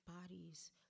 bodies